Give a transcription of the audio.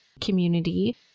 community